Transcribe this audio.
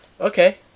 Okay